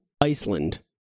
Iceland